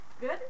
Good